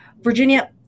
Virginia